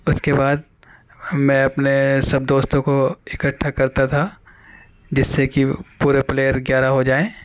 اس کے بعد میں اپنے سب دوستوں کو اکٹھا کرتا تھا جس سے کہ پورے پلیئر گیارہ ہو جائیں